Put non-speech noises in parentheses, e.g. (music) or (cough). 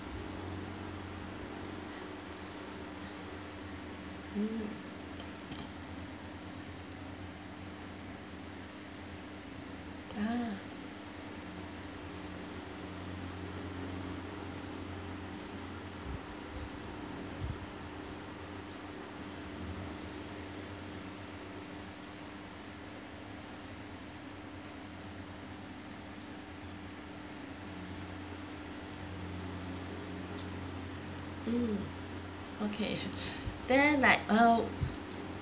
mm ah mm okay (laughs) then like uh